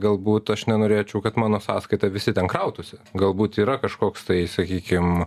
galbūt aš nenorėčiau kad mano sąskaita visi ten krautųsi galbūt yra kažkoks tai sakykim